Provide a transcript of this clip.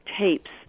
tapes